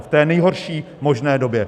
V té nejhorší možné době.